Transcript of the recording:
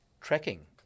tracking